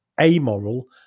amoral